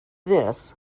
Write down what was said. this